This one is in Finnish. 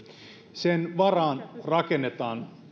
sen varaan rakennetaan